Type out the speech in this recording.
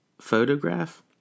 photograph